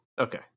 Okay